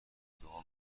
دعا